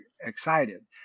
excited